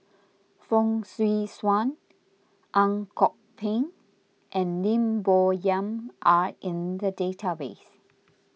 Fong Swee Suan Ang Kok Peng and Lim Bo Yam are in the database